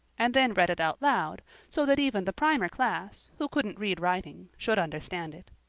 and then read it out loud so that even the primer class, who couldn't read writing, should understand it.